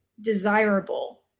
desirable